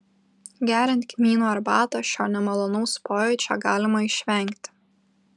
geriant kmynų arbatą šio nemalonaus pojūčio galima išvengti